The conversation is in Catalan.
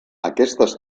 aquestes